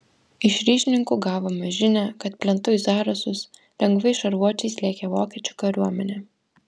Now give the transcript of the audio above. iš ryšininkų gavome žinią kad plentu į zarasus lengvais šarvuočiais lėkė vokiečių kariuomenė